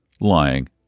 lying